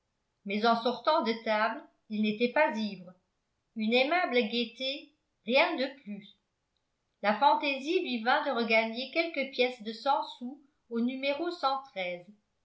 mais en sortant de table il n'était pas ivre une aimable gaieté rien de plus la fantaisie lui vint de regagner quelques pièces de cent sous au